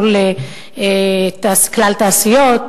מול "כלל תעשיות",